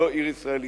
היא לא עיר ישראלית.